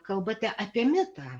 kalbate apie mitą